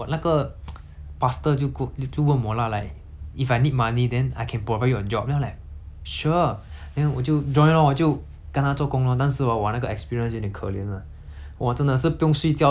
if I need money then I can provide you a job then I like sure then 我就 join lor 我就跟他做工 lor 但是 hor 我那个 experience 有一点可怜 lah !wah! 真的是不用睡觉的 lor 因为他们他们不够人 mah